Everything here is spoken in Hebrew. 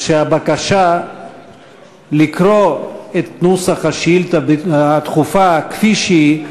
שהבקשה לקרוא את נוסח השאילתה הדחופה כפי שהיא,